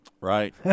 Right